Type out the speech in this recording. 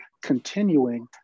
continuing